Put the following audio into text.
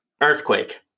Earthquake